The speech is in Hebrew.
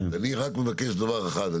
אני רק מבקש דבר אחד.